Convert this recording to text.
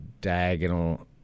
diagonal